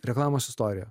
reklamos istorija